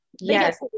yes